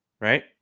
Right